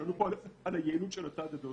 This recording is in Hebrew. שאלו כאן על היעילות של הצעד הזה.